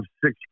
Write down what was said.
six